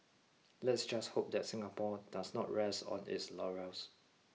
let's just hope that Singapore does not rest on its laurels